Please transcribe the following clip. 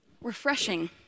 refreshing